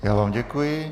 Já vám děkuji.